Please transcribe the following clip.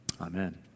amen